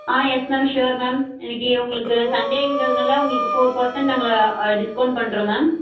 ஆ yes ma'am sure ma'am இன்னக்கு உங்களுக்கு சண்டேங்கிறதுனால உங்களுக்கு ஃபோர் பர்ஸன்ட் நாங்கள் டிஸ்கவுண்ட் பண்ணுறோம் மேம்